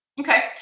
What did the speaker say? Okay